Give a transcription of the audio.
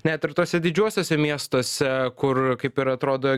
net ir tuose didžiuosiuose miestuose kur kaip ir atrodo